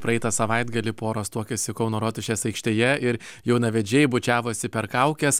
praeitą savaitgalį poros tuokiasi kauno rotušės aikštėje ir jaunavedžiai bučiavosi per kaukes